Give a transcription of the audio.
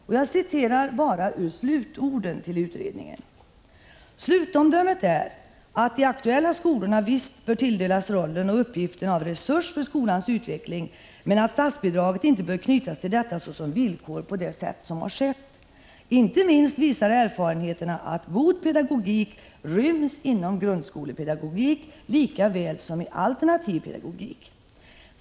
Utredningen slutar nämligen: ”Slutomdömet är, att de aktuella skolorna visst bör tilldelas rollen och uppgiften av resurs för skolans utveckling men att statsbidraget inte bör knytas till detta såsom villkor på sätt som skett. Inte minst visar erfarenheterna att god pedagogik ryms inom ”grundskolepedagogik” lika väl som i ”alternativ pedagogik”.